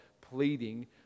pleading